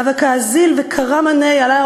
"הוה קא אזיל וקרע מאניה וקא בכי",